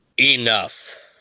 Enough